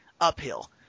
uphill